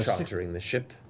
for chartering the ship.